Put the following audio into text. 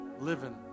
living